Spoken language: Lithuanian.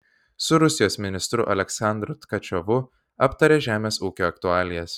su rusijos ministru aleksandru tkačiovu aptarė žemės ūkio aktualijas